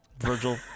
Virgil